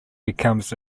becomes